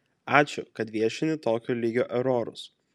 ačiū kad viešini tokio lygio erorus